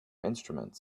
instruments